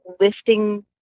lifting